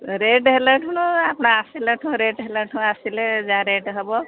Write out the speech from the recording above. rate ହେଲା ଠୁ ଆପଣ ଆସିଲେ ଠୁ ରେଟ୍ ହେଲାଠୁ ଆସିଲେ ଯାହା ରେଟ୍ ହେବ